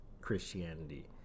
Christianity